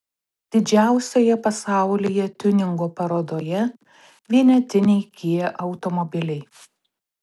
didžiausioje pasaulyje tiuningo parodoje vienetiniai kia automobiliai